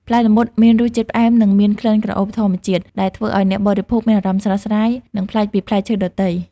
ផ្លែល្មុតមានរសជាតិ ផ្អែម និងមាន ក្លិនក្រអូប ធម្មជាតិ ដែលធ្វើឲ្យអ្នកបរិភោគមានអារម្មណ៍ស្រស់ស្រាយ និងប្លែកពីផ្លែឈើដទៃ។